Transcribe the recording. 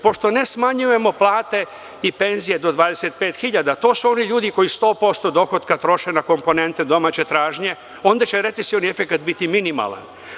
Pošto ne smanjujemo plate i penzije do 25.000, to su ovi ljudi koji 100% dohotka troše na komponente domaće tražnje, onda će recesioni efekat biti minimalan.